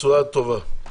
בצורה טובה.